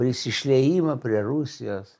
prisišliejimą prie rusijos